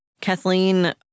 Kathleen